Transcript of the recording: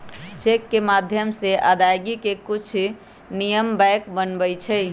cheque के माध्यम से अदायगी के कुछ नियम बैंक बनबई छई